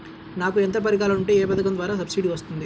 నాకు యంత్ర పరికరాలు ఉంటే ఏ పథకం ద్వారా సబ్సిడీ వస్తుంది?